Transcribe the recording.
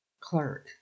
Clerk